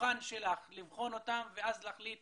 לשולחן שלך לבחון אותם ואז להחליט